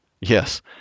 Yes